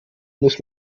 muss